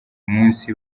munsi